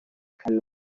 kamena